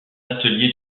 atelier